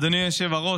אדוני היושב-ראש,